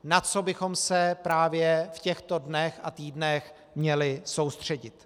Na co bychom se právě v těchto dnech a týdnech měli soustředit?